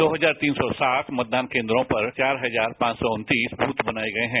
दो हजार तीन सौ सात मतदान केंद्रों पर चार हजार पांच सौ उन्नतीस बूथ बनाए गए है